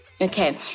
okay